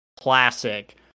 classic